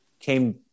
came